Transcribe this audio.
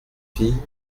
fille